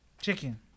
Chicken